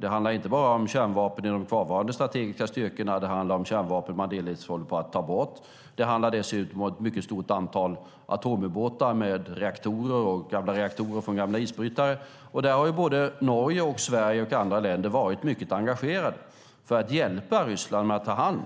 Det handlar inte bara om kärnvapen i de kvarvarande strategiska styrkorna. Det handlar om kärnvapen man delvis håller på att ta bort. Det handlar dessutom om ett mycket stort antal atomubåtar med reaktorer och reaktorer från gamla isbrytare. Där har både Norge och Sverige liksom andra länder varit mycket engagerade för att hjälpa Ryssland att ta hand